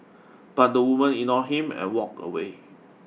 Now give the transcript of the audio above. but the woman ignored him and walked away